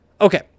Okay